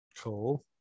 Cool